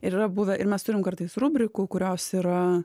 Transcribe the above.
ir yra buvę ir mes turim kartais rubrikų kurios yra